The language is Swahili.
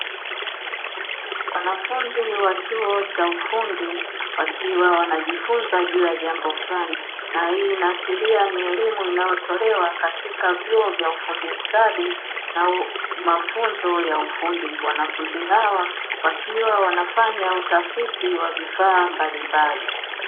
Wanafunzi wa chuo cha ufundi wakiwa wanajifunza juu ya jambo fulani na hii inaashiria ni elimu inayotolewa katika vyuo vya ufundi stadi na mafunzo ya ufundi. Wanafunzi hawa wakiwa wanafanya utafiti wa vifaa mbalimbali.